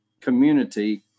community